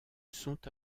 sont